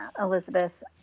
Elizabeth